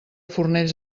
fornells